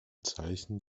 zeichen